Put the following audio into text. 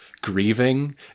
grieving